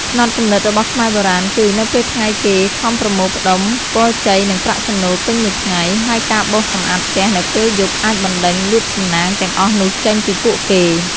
ផ្នត់គំនិតរបស់ខ្មែរបុរាណគឺ នៅពេលថ្ងៃគេខំប្រមូលផ្តុំពរជ័យនិងប្រាក់ចំណូលពេញមួយថ្ងៃ ហើយការបោសសំអាតផ្ទះនៅពេលយប់អាចបណ្ដេញលាភសំណាងទាំងអស់នោះចេញពីពួកគេ។